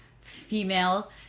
female